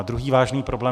Druhý vážný problém.